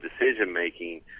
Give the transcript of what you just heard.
decision-making